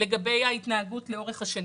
לגבי ההתנהגות לאורך שנים.